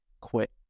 quit